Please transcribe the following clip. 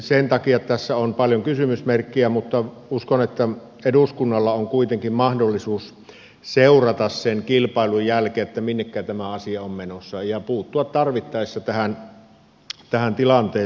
sen takia tässä on paljon kysymysmerkkejä mutta uskon että eduskunnalla on kuitenkin mahdollisuus seurata sen kilpailun jälkeen minnekä tämä asia on menossa ja puuttua tarvittaessa tähän tilanteeseen